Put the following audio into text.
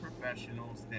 professionals